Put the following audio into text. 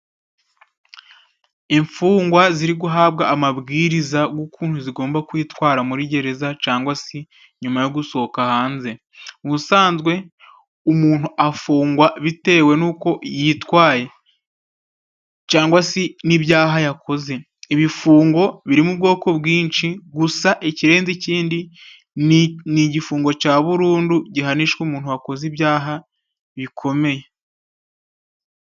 Imfungwa ziri guhabwa amabwiriza g'ukuntu zigomba kwitwara muri gereza cangwa si nyuma yo gusohoka hanze. Ubusanzwe umuntu afungwa bitewe n'uko yitwaye cangwa si n'ibyaha yakoze. Ibifungo birimo ubwoko bwinshi, gusa ikirenze ikindi ni igifungo cya burundu, gihanishwa umuntu wakoze ibyaha bikomeye.